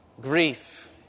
grief